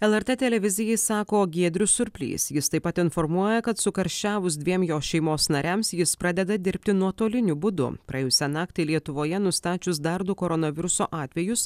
lrt televizijai sako giedrius surplys jis taip pat informuoja kad sukarščiavus dviem jo šeimos nariams jis pradeda dirbti nuotoliniu būdu praėjusią naktį lietuvoje nustačius dar du koronaviruso atvejus